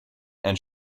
and